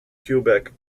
quebec